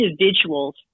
individuals